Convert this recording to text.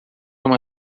uma